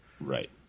Right